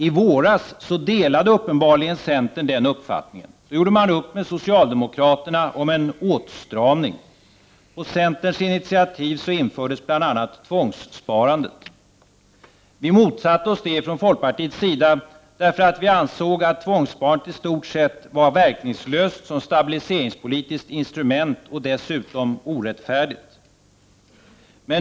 I våras delade uppenbarligen centern den uppfattningen. Då gjorde de upp med socialdemokraterna om en åtstramning. På centerns initiativ infördes bl.a. tvångssparandet. Vi motsatte oss det därför att vi ansåg det vara i stort sett verkningslöst som stabiliseringspolitiskt instrument och dessutom orättfärdigt.